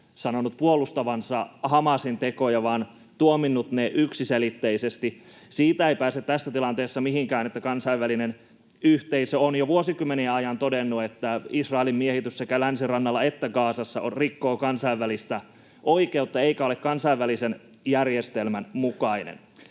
sanonut puolustavansa Hamasin tekoja, vaan tuominnut ne yksiselitteisesti. Siitä ei pääse tässä tilanteessa mihinkään, että kansainvälinen yhteisö on jo vuosikymmenien ajan todennut, että Israelin miehitys sekä Länsirannalla että Gazassa rikkoo kansainvälistä oikeutta eikä ole kansainvälisen järjestelmän mukainen.